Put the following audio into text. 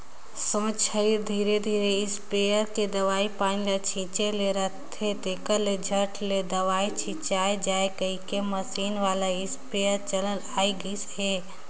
सोझ हरई धरे धरे इस्पेयर मे दवई पानी ल छीचे ले रहथे, तेकर ले झट ले दवई छिचाए जाए कहिके मसीन वाला इस्पेयर चलन आए गइस अहे